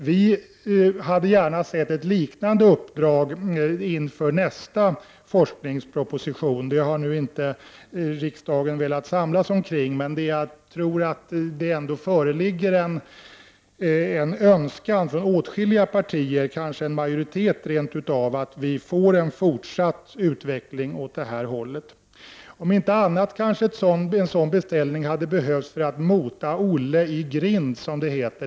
Vi hade gärna sett ett liknande uppdrag inför nästa forskningsproposition. Det har nu inte riksdagen velat samlas omkring, men jag tror att det ändå föreligger en önskan från åtskilliga partier — kanske rent av en majoritet — att få till stånd en fortsatt utveckling åt det hållet. Om inte annat kanske en sådan beställning hade behövts för att mota Olle i grind, som det heter.